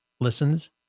listens